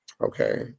okay